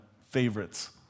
favorites